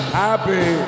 happy